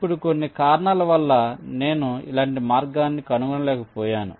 ఇప్పుడు కొన్ని కారణాల వల్ల నేను ఇలాంటి మార్గాన్ని కనుగొనలేకపోయాను